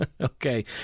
Okay